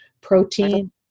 protein